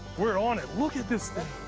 we're on it. look at this thing.